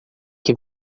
que